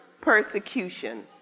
persecution